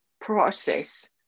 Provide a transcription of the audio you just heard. process